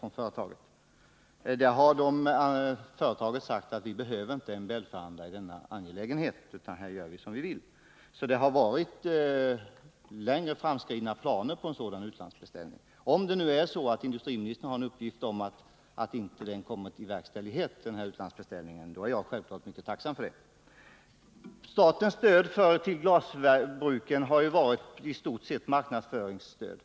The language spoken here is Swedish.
Från företaget har man då sagt att man inte behöver MBL-förhandla i denna angelägenhet utan kommer att göra som man vill. Det har alltså varit långt framskridna planer på utlandsbeställningar. Men om industriministern nu har uppgift om att någon sådan utlandsbeställning inte kommer till stånd är jag självfallet mycket tacksam för det. Statens stöd till glasbruken har i stort sett varit marknadsföringsstöd.